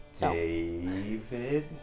David